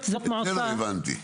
יש עלייה דרסטית בשנה האחרונה,